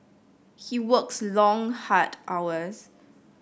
he works long hard hours